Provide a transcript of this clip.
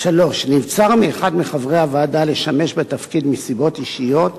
3. נבצר מאחד מחברי הוועדה לשמש בתפקיד מסיבות אישיות,